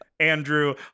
Andrew